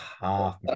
half